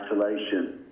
isolation